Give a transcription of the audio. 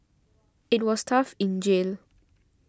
it was tough in jail